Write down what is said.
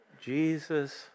Jesus